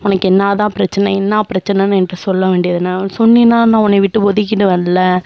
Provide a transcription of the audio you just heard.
உனக்கு என்ன தான் பிரச்சின என்ன பிரச்சினன்னு என்ட்ட சொல்ல வேண்டிய தானே சொன்னின்னா நான் உன்னைய விட்டு ஒதுங்கிடுவேன்ல